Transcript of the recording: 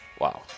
Wow